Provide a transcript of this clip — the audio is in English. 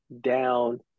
down